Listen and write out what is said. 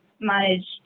managed